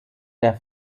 der